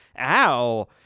ow